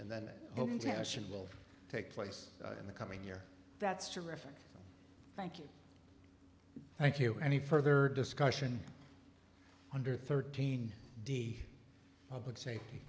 and then open to action will take place in the coming year that's terrific thank you thank you any further discussion under thirteen d public safety